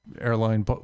airline